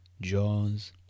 jaws